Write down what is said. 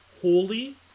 holy